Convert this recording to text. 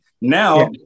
Now